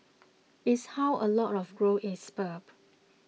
is how a lot of growth is spurred